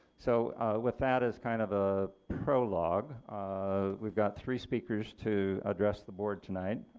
so with that as kind of a prologue we've got three speakers to address the board tonight